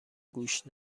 گوش